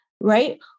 right